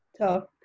talk